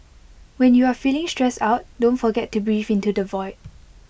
when you are feeling stressed out don't forget to breathe into the void